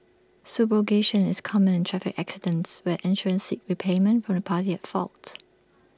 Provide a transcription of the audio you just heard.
subrogation is common in traffic accidents where insurers seek repayment from the party at fault